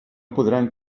podran